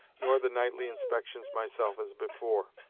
nor the nightly inspections myself as before,